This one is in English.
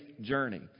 journey